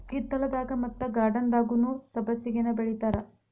ಹಿತ್ತಲದಾಗ ಮತ್ತ ಗಾರ್ಡನ್ದಾಗುನೂ ಸಬ್ಬಸಿಗೆನಾ ಬೆಳಿತಾರ